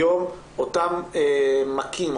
היום אותם מכים,